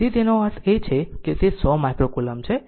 તેથી તેનો અર્થ એ છે કે તે 100 માઇક્રો કલોમ્બ છે